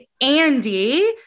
Andy